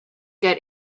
got